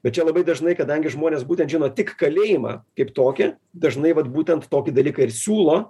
bet čia labai dažnai kadangi žmonės būtent žino tik kalėjimą kaip tokią dažnai vat būtent tokį dalyką ir siūlo